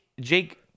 Jake